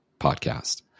podcast